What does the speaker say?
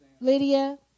Lydia